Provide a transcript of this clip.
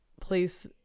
place